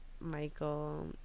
Michael